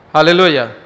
Hallelujah